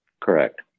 Correct